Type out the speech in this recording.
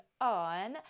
on